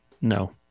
no